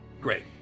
Great